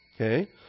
Okay